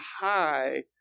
high